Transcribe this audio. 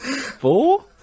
four